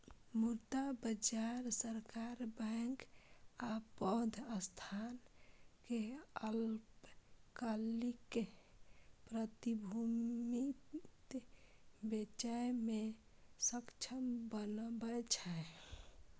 मुद्रा बाजार सरकार, बैंक आ पैघ संस्थान कें अल्पकालिक प्रतिभूति बेचय मे सक्षम बनबै छै